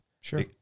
Sure